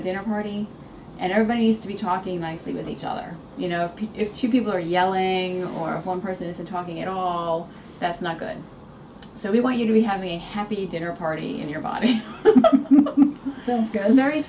a dinner party and everybody has to be talking nicely with each other you know if two people are yelling or if one person isn't talking at all that's not good so we want you to be having a happy dinner party in your body